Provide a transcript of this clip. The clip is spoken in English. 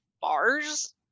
bars